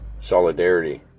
solidarity